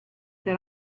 that